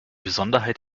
besonderheit